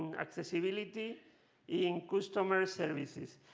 and accessibility in customer services.